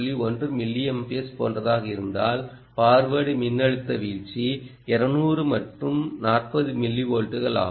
1 milliamperes போன்றதாக இருந்தால் forward மின்னழுத்த வீழ்ச்சி 200 மற்றும் 40 மில்லிவோல்ட்கள் ஆகும்